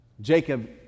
jacob